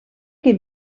que